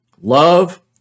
Love